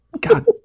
God